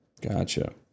Gotcha